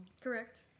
Correct